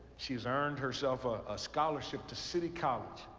she's earned herself a scholarship to city college.